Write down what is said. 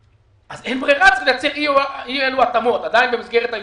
ואז אין בררה כי צריך לייצר אי אלו התאמות במסגרת האיזון,